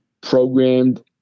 programmed